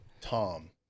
Tom